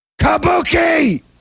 Kabuki